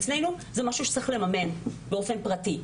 אצלנו, זה משהו שצריך לממן באופן פרטי.